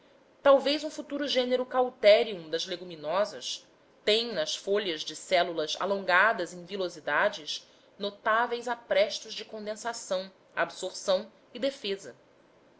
talvez um futuro gênero cauterium das leguminosas têm nas folhas de células alongadas em vilosidades notáveis aprestos de condensação absorção e defesa